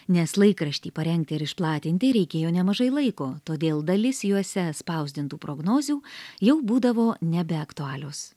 nes laikraštį parengti ir išplatinti reikėjo nemažai laiko todėl dalis juose spausdintų prognozių jau būdavo nebeaktualios